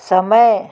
समय